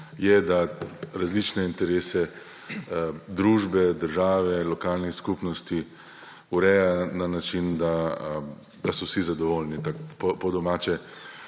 je, da različne interese družbe, države, lokalnih skupnosti ureja na način, da so vsi zadovoljni, po domače